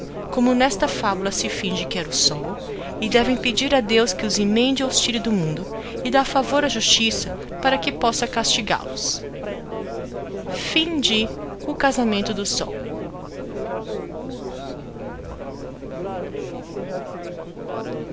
como nesta fabula se finge que era o sol e devem pedir a deos que os emende ou os tire do mundo e dar favor á justiça para que possa castigalos o